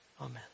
Amen